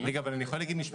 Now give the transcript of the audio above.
בעיניי.